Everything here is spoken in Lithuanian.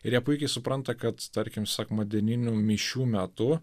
ir jie puikiai supranta kad tarkim sekmadieninių mišių metu